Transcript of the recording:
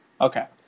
Okay